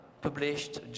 published